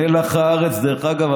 מלח הארץ, דרך אגב.